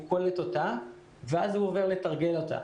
הוא קולט אותה ואז הוא עובר לתרגל אותה